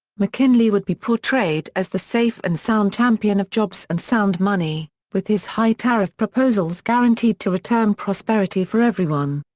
mckinley would be portrayed as the safe and sound champion of jobs and sound money, with his high tariff proposals guaranteed to return prosperity for everyone.